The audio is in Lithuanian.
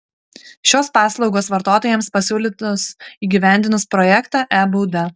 šios paslaugos vartotojams pasiūlytos įgyvendinus projektą e bauda